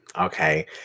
Okay